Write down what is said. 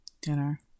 dinner